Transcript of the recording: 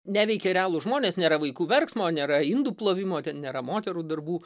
neveikia realūs žmonės nėra vaikų verksmo nėra indų plovimo ten nėra moterų darbų